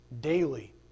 daily